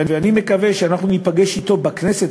ואני מקווה שאנחנו נפגוש אותו בכנסת,